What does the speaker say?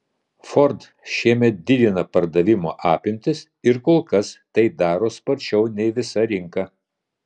ford šiemet didina pardavimo apimtis ir kol kas tai daro sparčiau nei visa rinka